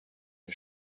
این